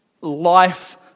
life